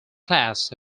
class